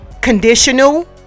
conditional